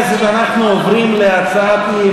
לא נצטרך יותר מגזר פרטי,